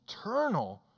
eternal